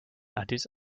addis